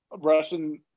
Russian